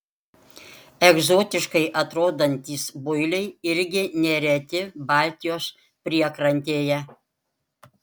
egzotiškai atrodantys builiai irgi nereti baltijos priekrantėje